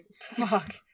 Fuck